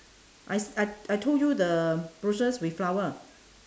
I I I told you the bushes with flower